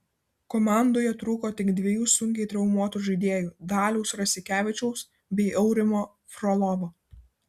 komandoje trūko tik dviejų sunkiai traumuotų žaidėjų daliaus rasikevičiaus bei aurimo frolovo